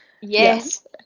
Yes